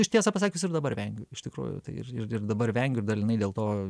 aš tiesą pasakius ir dabar vengiu iš tikrųjų ir ir dabar vengiu ir dalinai dėl to